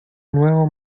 nuevo